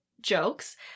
jokes